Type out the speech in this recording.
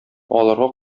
аларга